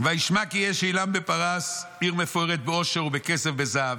ויט יהודה אל אשדוד ארץ פלישתים ויהרוס את